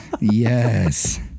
Yes